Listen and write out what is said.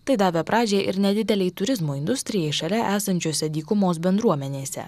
tai davė pradžią ir nedidelei turizmo industrijai šalia esančiose dykumos bendruomenėse